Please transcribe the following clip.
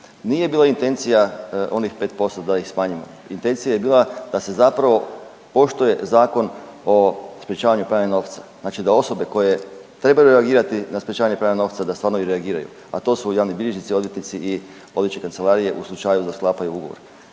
Nije bila intencija onih 5% da ih smanjimo, intencija je bila da se zapravo poštuje Zakon o sprječavanju pranja novca, znači da osobe koje trebaju reagirati na sprječavanje pranja novca da stvarno i reagiraju, a to su javni bilježnici, odvjetnici i odvjetničke kancelarije u slučaju da sklapaju ugovor,